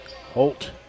Holt